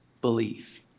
believe